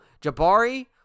Jabari